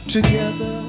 Together